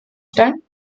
stellen